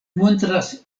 montras